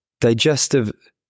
digestive